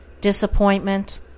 disappointment